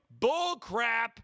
Bullcrap